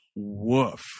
Woof